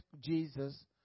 Jesus